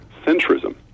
centrism